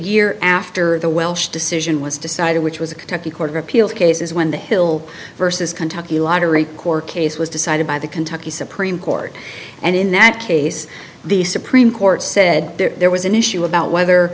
year after the welsh decision was decided which was a kentucky court of appeals cases when the hill versus kentucky lottery court case was decided by the kentucky supreme court and in that case the supreme court said there was an issue about whether